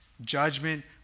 Judgment